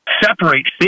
separate